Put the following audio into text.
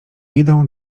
idą